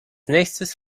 nächstes